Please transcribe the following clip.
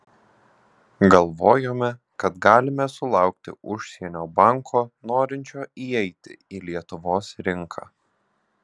galvojome kad galime sulaukti užsienio banko norinčio įeiti į lietuvos rinką